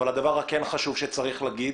עוד דבר שחשוב להגיד